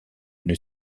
une